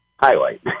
highlight